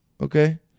Okay